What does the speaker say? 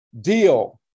deal